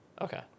okay